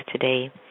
today